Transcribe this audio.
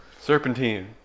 Serpentine